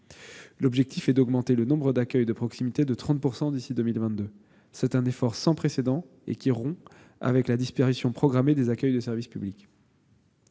L'objectif est d'augmenter le nombre d'accueils de proximité de 30 % d'ici à 2022. C'est un effort sans précédent, qui rompt avec la disparition programmée des accueils de service public.